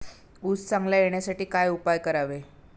ऊस चांगला येण्यासाठी काय उपाय करावे?